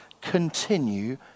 continue